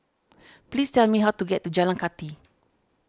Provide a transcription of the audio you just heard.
please tell me how to get to Jalan Kathi